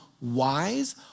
wise